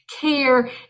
care